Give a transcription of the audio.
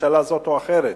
ממשלה זאת או אחרת,